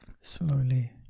slowly